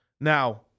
Now